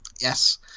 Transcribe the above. Yes